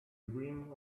dream